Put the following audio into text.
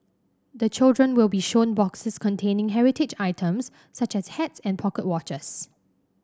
the children will be shown boxes containing heritage items such as hats and pocket watches